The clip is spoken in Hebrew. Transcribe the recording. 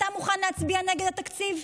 אתה מוכן להצביע נגד התקציב?